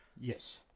Yes